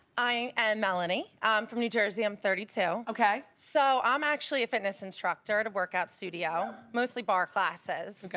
i am melanie, i'm from new jersey, i'm thirty two. okay. so i'm actually a fitness instructor at a workout studio, mostly bar classes. okay.